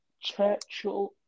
Churchill